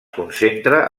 concentra